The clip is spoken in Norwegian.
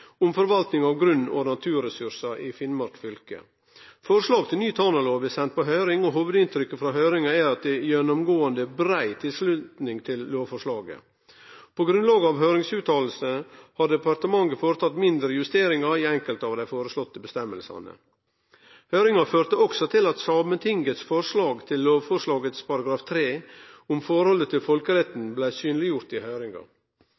om forvalting av grunn og naturressursar i Finnmark fylke. Forslag til ny Tanalov er sendt på høyring, og hovudinntrykket frå høyringa er at det er gjennomgåande brei tilslutning til lovforslaget. På grunnlag av høyringsuttalene har departementet føretatt mindre justeringar i enkelte av dei føreslåtte avgjerdene. Høyringa førte også til at Sametingets forslag til lovforslagets § 3 om forholdet til folkeretten blei synleggjort i høyringa.